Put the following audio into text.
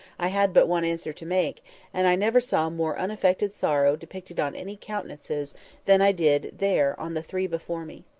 i had but one answer to make and i never saw more unaffected sorrow depicted on any countenances than i did there on the three before me.